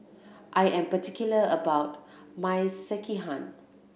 I am particular about my Sekihan